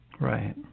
Right